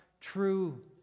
true